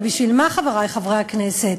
ובשביל מה, חברי חברי הכנסת?